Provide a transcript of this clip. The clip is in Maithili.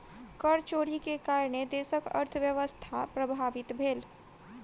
कर चोरी के कारणेँ देशक अर्थव्यवस्था प्रभावित भेल